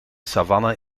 savanne